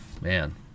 man